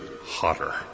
hotter